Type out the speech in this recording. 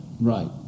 Right